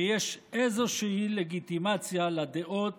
שיש איזושהי לגיטימציה לדעות